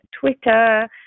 Twitter